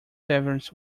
servants